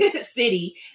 city